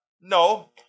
No